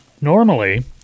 Normally